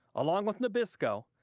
along with nabisco,